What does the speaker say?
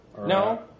No